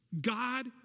God